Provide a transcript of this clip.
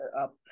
up